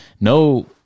no